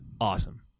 awesome